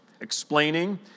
explaining